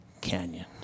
Canyon